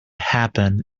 happened